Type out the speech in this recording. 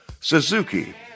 Suzuki